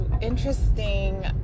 interesting